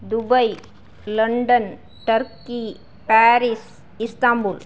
Dubai London turkey Paris Istanbul